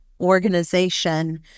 organization